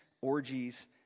orgies